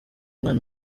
umwana